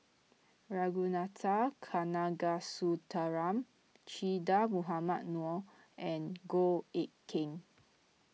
Ragunathar Kanagasuntheram Che Dah Mohamed Noor and Goh Eck Kheng